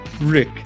Rick